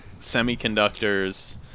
semiconductors